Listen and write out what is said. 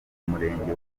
murenge